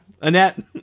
Annette